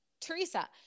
Teresa